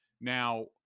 Now